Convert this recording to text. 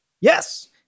Yes